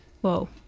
Whoa